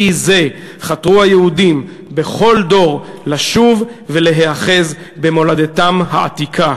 זה חתרו היהודים בכל דור לשוב ולהיאחז במולדתם העתיקה".